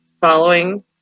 following